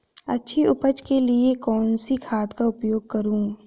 अच्छी उपज के लिए कौनसी खाद का उपयोग करूं?